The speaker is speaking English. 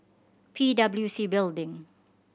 P W C Building